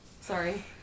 sorry